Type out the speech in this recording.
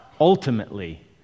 ultimately